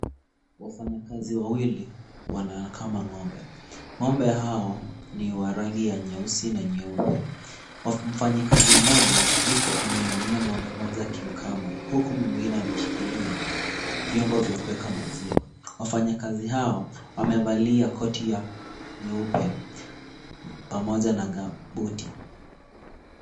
Wafanyakazi wawili wanakama ng'ombe. Ng'ombe hao ni wa rangi ya nyeusi na nyeupe. Mfanyikazi mmoja yuko ameinamia ng'ombe mmoja akimkama, huku mwingine ameshikilia vyombo vya kuweka maziwa. Wafanyikazi hao wamevalia koti ya nyeupe pamoja na gambuti.